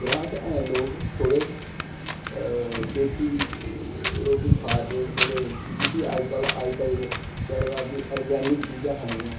ग्रांऽ च अज्जें लोग थोह्ड़े देसी रोटी खादे थोह्ड़े जिस्सी अजकल्ल अजकल्ल चले दा कि आर्गैनिक चीजां खानियां